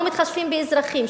לא מתחשבים באזרחים,